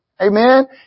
Amen